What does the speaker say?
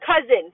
cousin